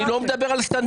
אני לא מדבר על סטנדרטים.